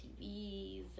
tvs